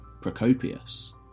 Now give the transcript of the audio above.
Procopius